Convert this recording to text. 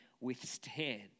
withstand